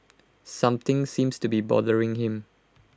something seems to be bothering him